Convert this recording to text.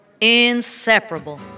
inseparable